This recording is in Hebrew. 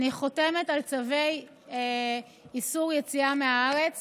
אני חותמת על צווי איסור יציאה מהארץ